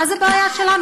למה זו בעיה שלנו?